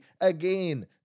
again